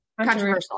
Controversial